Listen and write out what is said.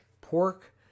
pork